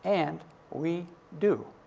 and we do.